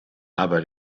aber